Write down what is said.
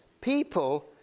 people